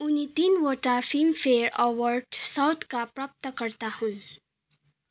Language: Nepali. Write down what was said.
उनी तिनवटा फिल्मफेयर अवार्ड साउथका प्राप्तकर्ता हुन्